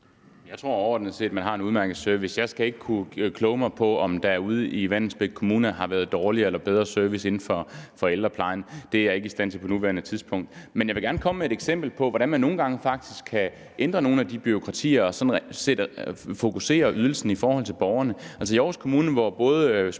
Jeg tror overordnet set, at man har en udmærket service. Jeg skal ikke kloge mig på, om der ude i Vallensbæk Kommune har været dårligere eller bedre service inden for ældreplejen. Det er jeg ikke i stand til på nuværende tidspunkt. Men jeg vil gerne komme med et eksempel på, hvordan man nogle gange faktisk kan ændre noget af det bureaukrati og sådan set fokusere ydelsen til borgerne.